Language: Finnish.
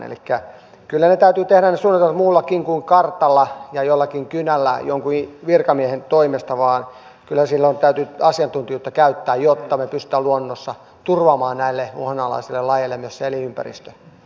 elikkä kyllä ne suojeluohjelmat täytyy tehdä muullakin kuin kartalla ja jollakin kynällä jonkun virkamiehen toimesta kyllä silloin täytyy asiantuntijoita käyttää jotta me pystymme luonnossa turvaamaan näille uhanalaisille lajeille myös sen elinympäristön